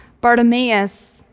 bartimaeus